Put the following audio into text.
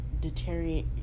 deteriorate